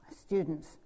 students